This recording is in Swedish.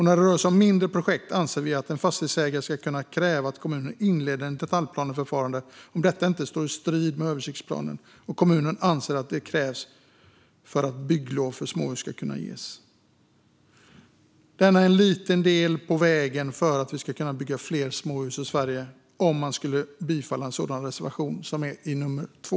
När det rör sig om mindre projekt anser vi att en fastighetsägare ska kunna kräva att kommunen inleder ett detaljplaneförfarande om detta inte står i strid med översiktsplanen och kommunen anser att det krävs för att bygglov för småhus ska kunna ges. Om riksdagen bifaller reservationen vore det en liten del på vägen för att vi ska kunna bygga fler småhus i Sverige. Jag yrkar därför bifall till reservation 2.